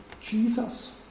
Jesus